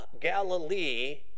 Galilee